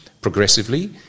Progressively